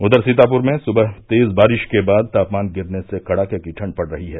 उघर सीतापुर में सुबह तेज़ बारिश के बाद तापमान गिरने से कड़ाके की ठंड पड़ रही है